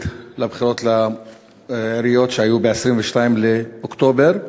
בבחירות לעיריות שהיו ב-22 באוקטובר.